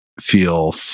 feel